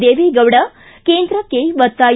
ದೇವೇಗೌಡ ಕೇಂದ್ರಕ್ಕೆ ಒತ್ತಾಯ